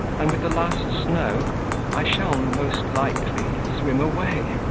and with the last snow i shall, most likely, swim away.